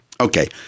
Okay